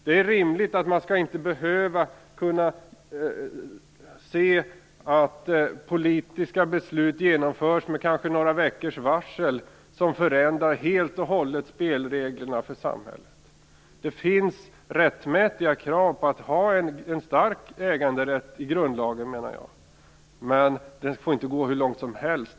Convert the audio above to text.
Det är rimligt att man inte skall behöva se politiska beslut genomföras med kanske några veckors varsel - beslut som helt och hållet förändrar samhällets spelregler. Det är, menar jag, ett rättmätigt krav att grundlagen skall innehålla en stark äganderätt. Den får dock inte gå hur långt som helst.